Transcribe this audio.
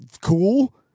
cool